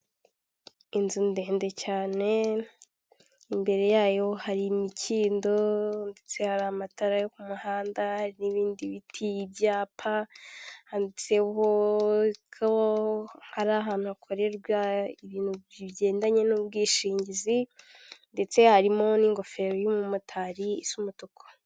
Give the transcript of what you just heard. Ikinyabiziga k'ibinyamitende kikoreye kigaragara cyakorewe mu Rwanda n'abagabo batambuka muri iyo kaburimbo n'imodoka nyinshi ziparitse zitegereje abagenzi.